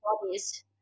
bodies